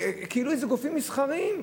כאילו אלה גופים מסחריים,